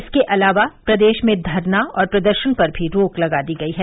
इसके अलावा प्रदेश में धरना प्रदर्शन पर भी रोक लगा दी गई है